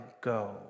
go